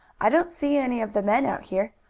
i don't see any of the men out here.